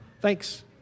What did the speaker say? thanks